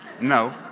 no